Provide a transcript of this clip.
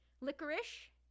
Licorice